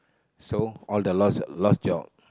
so all the lost lost job